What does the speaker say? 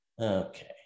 Okay